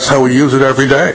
how i use it every day